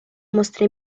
mostra